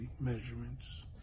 measurements